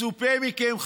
מצופה מכם,